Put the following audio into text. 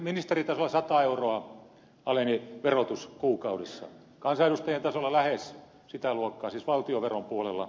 ministeritasolla sata euroa aleni verotus kuukaudessa kansanedustajien tasolla lähes sitä luokkaa siis valtionveron puolella